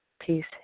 peace